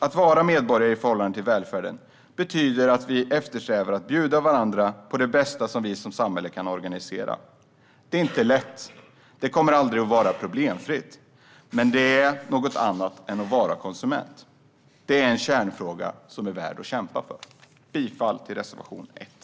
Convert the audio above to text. Att vara medborgare i förhållande till välfärden betyder att vi eftersträvar att bjuda varandra på det bästa vi som samhälle kan organisera. Det är inte lätt, och det kommer aldrig att vara problemfritt. Men det är något annat än att vara konsument. Det är en kärnfråga som är värd att kämpa för. Jag yrkar bifall till reservation 1.